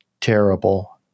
terrible